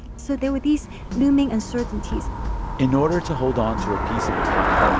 so there were these looming uncertainties in order to hold onto a piece of the pie,